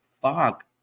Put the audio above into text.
Fuck